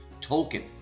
Tolkien